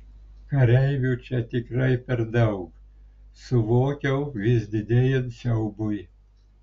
kareivių čia tikrai per daug suvokiau vis didėjant siaubui